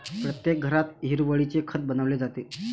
प्रत्येक घरात हिरवळीचे खत बनवले जाते